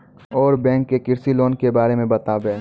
और बैंक ग्राहक के कृषि लोन के बारे मे बातेबे?